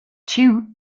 two